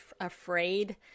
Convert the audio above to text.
afraid